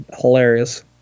Hilarious